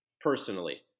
personally